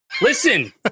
Listen